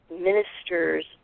ministers